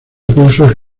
recursos